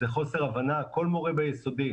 זה חוסר הבנה, כל מורה ביסודי